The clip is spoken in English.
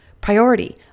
priority